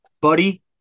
Buddy